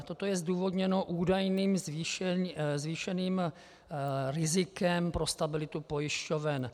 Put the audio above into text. Toto je zdůvodněno údajným zvýšeným rizikem pro stabilitu pojišťoven.